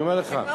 אתה כבר